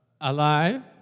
alive